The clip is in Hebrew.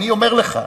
אני אומר לך,